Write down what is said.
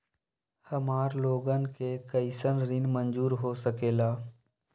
हमार लोगन के कइसन ऋण मंजूर हो सकेला?